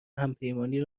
همپیمانی